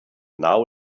now